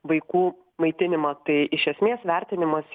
vaikų maitinimą tai iš esmės vertinimas